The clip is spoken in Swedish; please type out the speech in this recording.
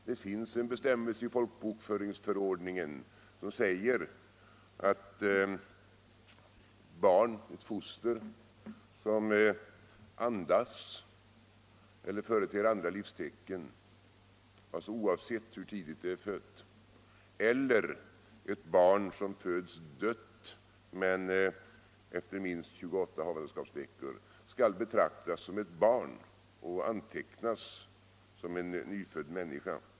Det finns en bestämmelse i folkbokföringsförordningen som säger att ett foster som andas eller företer andra livstecken oavsett hur tidigt det är fött eller som föds dött efter minst 28 havandeskapsveckor skall betraktas som ett barn och antecknas som en nyfödd människa.